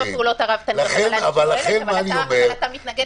--- אבל אתה מתנגד.